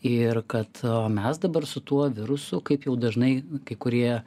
ir kad mes dabar su tuo virusu kaip jau dažnai kai kurie